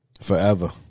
Forever